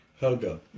Helga